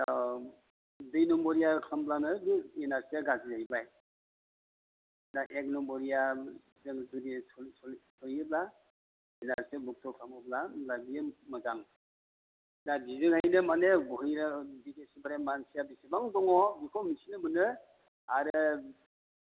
औ दुइ नम्बरिया खालामब्लानो बे एनआरसिया गाज्रि जाहैबाय दा एक नम्बरिया जों जुदि सैथोयै सोयोब्ला होमब्ला बियो मोजां दा बिजोंहायनो माने ओमफ्राय मानसिया बिसिबां दङ बिखौ मिथिनो मोनो आरो